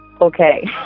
Okay